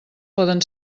poden